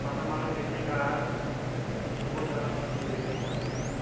مسا مسا ہیوٚچھ مےٚ یہِ کار بہٕ چھُس شُکُر کران یہِ ہیوٚچھ مےٚ یہِ کار